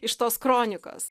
iš tos kronikos